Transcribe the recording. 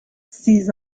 six